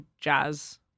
jazz